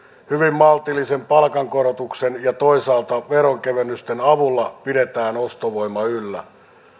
hyvin maltillisen palkankorotuksen ja toisaalta veronkevennysten avulla pidetään ostovoimaa yllä